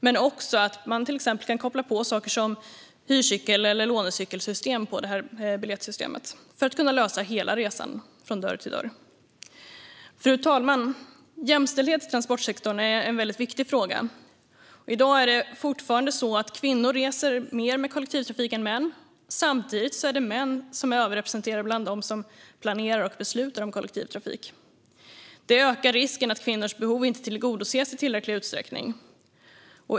Men det är också viktigt att man ska kunna koppla på exempelvis hyr eller lånecykelsystem på biljettsystemet, för att det ska gå att lösa hela resan, från dörr till dörr. Fru talman! Jämställdhet i transportsektorn är en viktig fråga. Det är fortfarande på det sättet att kvinnor reser mer med kollektivtrafik än män. Samtidigt är män överrepresenterade bland dem som planerar och beslutar om kollektivtrafik. Det ökar risken för att kvinnors behov inte tillgodoses i tillräcklig utsträckning.